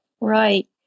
Right